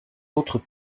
autres